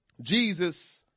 Jesus